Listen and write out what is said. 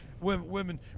women